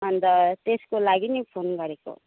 अन्त त्यसको लागि नि फोन गरेको